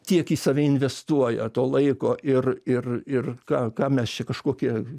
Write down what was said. tiek į save investuoja to laiko ir ir ir ką ką mes čia kažkokie